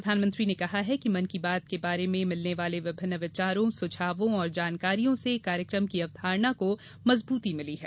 प्रधानमंत्री ने कहा है कि मन की बात के बारे में मिलने वाले विभिन्न विचारों सुझावों तथा जानकारी से कार्यक्रम की अवधारणा को मजबूती मिली है